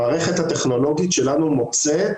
יש היום טכנולוגיה שיודעת